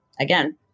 again